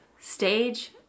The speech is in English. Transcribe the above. stage